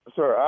Sir